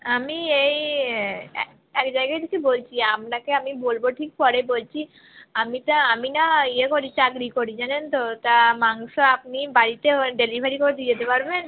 আমি এই এক জায়গা থেকে বলছি আপনাকে আমি বলব ঠিক পরে বলছি আমি তা আমি না ইয়ে করি চাকরি করি জানেন তো তা মাংস আপনি বাড়িতে ডেলিভারি করে দিয়ে যেতে পারবেন